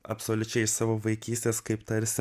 absoliučiai savo vaikystės kaip tarsi